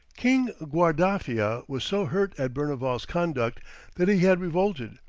king guardafia was so hurt at berneval's conduct that he had revolted,